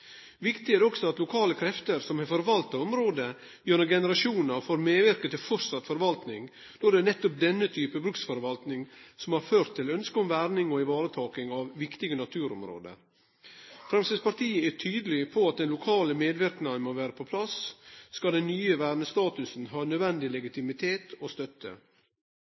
Viktig er det også at lokale krefter som har forvalta område gjennom generasjonar, får medverke til vidare forvaltning, sidan det nettopp er denne typen bruksforvaltning som har ført til ønsket om verning og ivaretaking av viktige naturområde. Framstegspartiet er tydeleg på at den lokale medverknaden må vere på plass skal den nye vernestatusen ha nødvendig legitimitet og støtte.